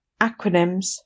Acronyms